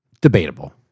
debatable